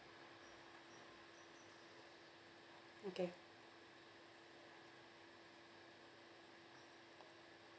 okay